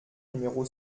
numéro